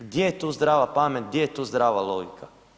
Gdje je tu zdrava pamet, gdje je tu zdrava logika?